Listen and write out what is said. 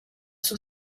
suo